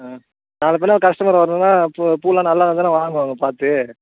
ஆ நாளை பின்னே கஸ்டமர் வரணும்னா பூ பூவெல்லாம் நல்லாயிருந்தா தானே வாங்குவாங்க பார்த்து